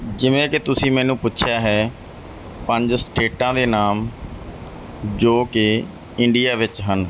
ਜਿਵੇਂ ਕਿ ਤੁਸੀਂ ਮੈਨੂੰ ਪੁੱਛਿਆ ਹੈ ਪੰਜ ਸਟੇਟਾਂ ਦੇ ਨਾਮ ਜੋ ਕਿ ਇੰਡੀਆ ਵਿੱਚ ਹਨ